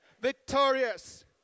victorious